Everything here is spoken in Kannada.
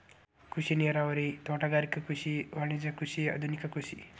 ಕೃಷಿ ನೇರಾವರಿ, ತೋಟಗಾರಿಕೆ ಕೃಷಿ, ವಾಣಿಜ್ಯ ಕೃಷಿ, ಆದುನಿಕ ಕೃಷಿ